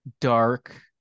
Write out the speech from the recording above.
dark